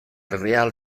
real